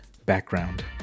Background